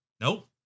nope